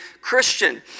Christian